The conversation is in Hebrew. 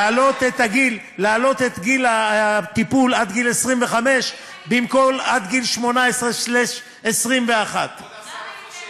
להעלות את גיל הטיפול עד גיל 25 במקום עד גיל 18 21. כבוד השר,